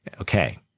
Okay